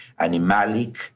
animalic